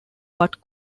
but